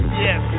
yes